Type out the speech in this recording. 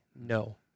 No